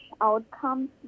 outcomes